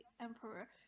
emperor